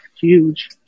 huge